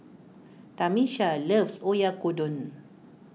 Tamisha loves Oyakodon